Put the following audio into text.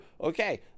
Okay